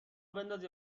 بندازی